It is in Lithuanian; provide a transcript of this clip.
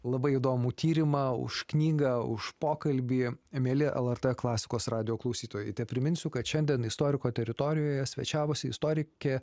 labai įdomų tyrimą už knygą už pokalbį mieli el er t klasikos radijo klausytojai tepriminsiu kad šiandien istoriko teritorijoje svečiavosi istorikė